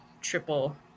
triple